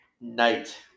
night